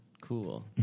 Cool